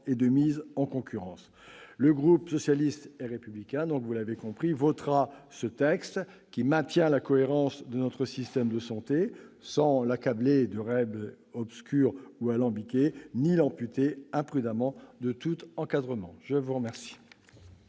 et de mise en concurrence. Le groupe socialiste et républicain votera donc ce texte, qui maintient la cohérence de notre système de santé sans l'accabler de règles obscures et alambiquées ni l'amputer imprudemment de tout encadrement. La parole